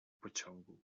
pociągu